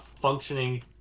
functioning